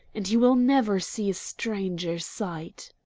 and you will never see a stranger sight.